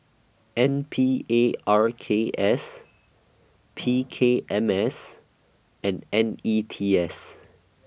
N P A R K S P K M S and N E T S